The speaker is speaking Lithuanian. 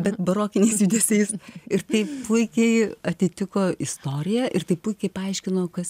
bet barokiniais judesiais ir tai puikiai atitiko istoriją ir tai puikiai paaiškino kas